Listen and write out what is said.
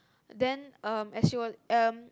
then um as she was um